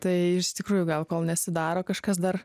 tai iš tikrųjų gal kol nesidaro kažkas dar